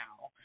now